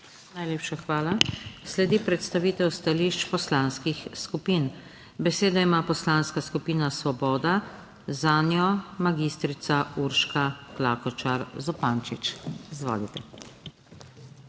Najlepša hvala. Sledi predstavitev stališč poslanskih skupin. Besedo ima Poslanska skupina Svoboda, zanjo magistrica Urška Klakočar Zupančič. Izvolite.